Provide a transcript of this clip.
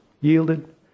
yielded